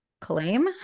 claim